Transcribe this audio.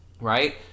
right